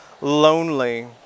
lonely